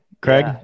Craig